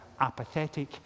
apathetic